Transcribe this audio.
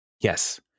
Yes